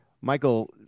Michael